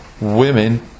women